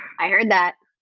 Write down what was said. i heard that,